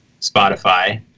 Spotify